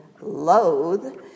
loathe